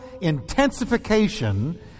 intensification